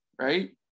right